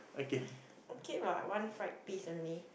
okay what one fried piece only